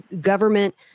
government –